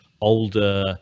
older